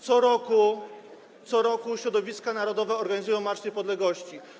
Co roku środowiska narodowe organizują Marsz Niepodległości.